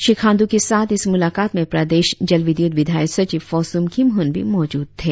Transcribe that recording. श्री खांड् के साथ इस मुलाकात में प्रदेश जल विद्युत विधायी सचिव फोसुम खीमहुन भी मौजूद थे